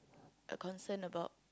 a concern about